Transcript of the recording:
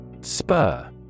Spur